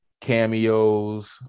cameos